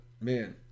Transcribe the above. man